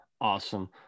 Awesome